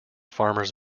farmers